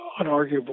unarguable